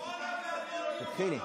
תתחילי.